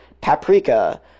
paprika